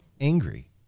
angry